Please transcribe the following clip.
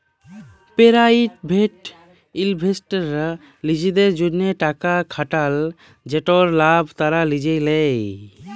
private ইলভেস্টাররা লিজেদের জ্যনহে টাকা খাটাল যেটর লাভ তারা লিজে লেই